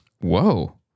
Whoa